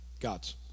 gods